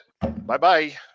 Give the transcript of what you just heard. Bye-bye